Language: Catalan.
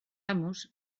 amos